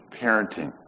parenting